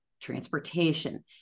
transportation